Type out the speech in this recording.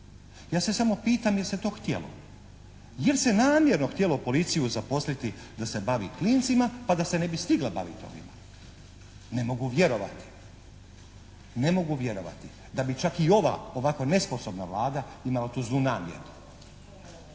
Ja se samo pitam je li se to htjelo, je li se namjerno htjelo policiju zaposliti da se bavi klincima pa da se ne bi stigla baviti ovima. Ne mogu vjerovati, ne mogu vjerovati da bi čak i ova, ovako nesposobna Vlada imala tu zlu namjeru.